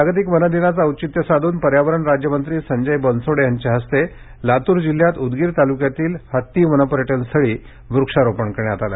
जागतिक वन दिनाचे औचित्य साधून पर्यावरण राज्यमंत्री संजय बनसोडे यांच्या हस्ते लातूर जिल्ह्यात उदगीर तालुक्यातील हत्ती वन पर्यटन स्थळी वृक्षारोपण करण्यात आले